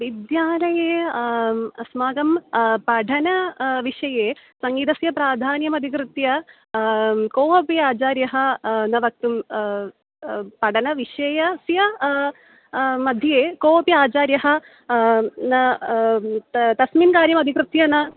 विद्यालये अस्माकं पठनं विषये सङ्गीतस्य प्राधान्यमधिकृत्य कोपि आचार्यः न वक्तुं पठनविषयस्य मध्ये कोपि आचार्यः न त तस्मिन् कार्यम् अधिकृत्य न